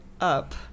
up